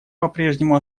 попрежнему